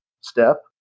step